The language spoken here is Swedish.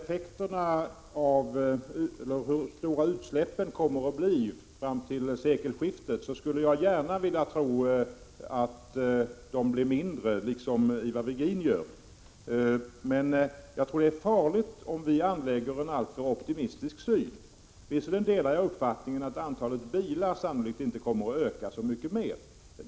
Fru talman! Liksom Ivar Virgin skulle jag gärna vilja tro att utsläppen kommer att bli mindre fram till sekelskiftet, men jag tror att det är farligt att anlägga en alltför optimistisk syn. Visserligen delar jag uppfattningen att antalet bilar sannolikt inte kommer att öka så mycket mer.